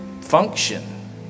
function